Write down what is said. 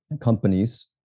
companies